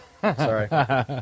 Sorry